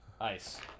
ice